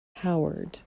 howard